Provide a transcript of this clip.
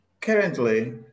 currently